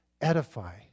edify